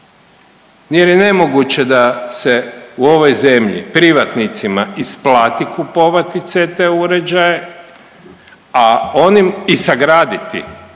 jer je nemoguće da se u ovoj zemlji privatnicima isplati kupovati CT uređaje, a onim i sagraditi zgrade